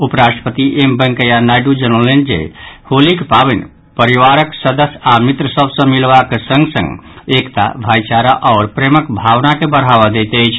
उप राष्ट्रपति एम वेंकैया नायडू जनौलनि जे होलीक पावनि परिवारक सदस्य आओर मित्र सभ सँ मिलबाक संग संग एकता भाईचारा आओर प्रेमक भावना के बढ़ावा दैत अछि